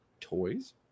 toys